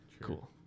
cool